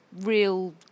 real